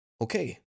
Okay